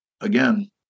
again